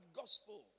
gospel